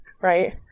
right